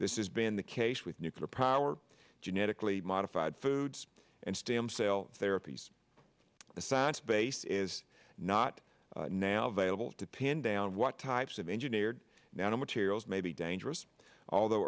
this is been the case with nuclear power genetically modified foods and stem cell therapies the science base is not now available to pin down what types of engineered now materials may be dangerous although